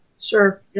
Sure